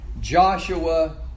Joshua